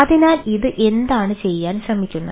അതിനാൽ ഇത് എന്താണ് ചെയ്യാൻ ശ്രമിക്കുന്നത്